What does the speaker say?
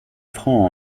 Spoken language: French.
francs